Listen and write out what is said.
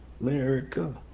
America